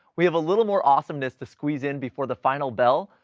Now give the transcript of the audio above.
we have a little more awesomeness to squeeze in before the final bell.